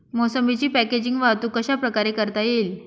मोसंबीची पॅकेजिंग वाहतूक कशाप्रकारे करता येईल?